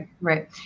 right